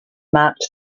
marked